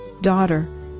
Daughter